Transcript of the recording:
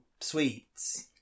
sweets